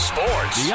Sports